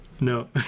no